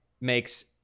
makes